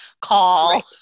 call